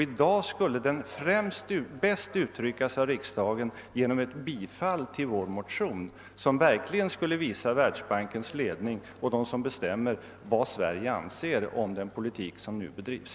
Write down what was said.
I dag skulle den bäst uttryckas av riksdagen genom ett bifall till vår motion, vilket verkligen skulle visd dem som bestämmer i världsbanken vad Sverige anser om den politik som nu bedrivs.